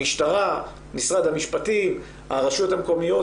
המשטרה, משרד המשפטים, הרשויות המקומיות,